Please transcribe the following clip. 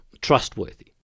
trustworthy